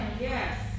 Yes